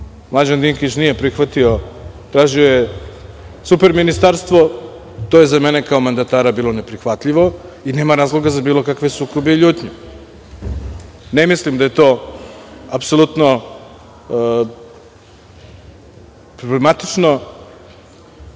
Mlađan Dinkić nije prihvatio. Tražio je super ministarstvo, a to je za mene kao mandatara bilo neprihvatljivo i nema razloga za bilo kakve sukobe i ljutnje. Ne mislim da je to apsolutno problematično